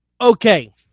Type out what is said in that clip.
Okay